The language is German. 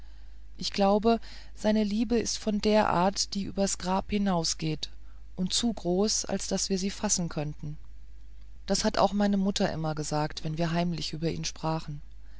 ich glaube seine liebe ist von der art die übers grab hinausgeht und zu groß als daß wir sie fassen könnten das hat auch meine mutter immer gesagt wenn wir heimlich über ihn sprachen